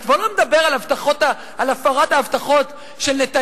אני כבר לא מדבר על הפרת ההבטחות של נתניהו,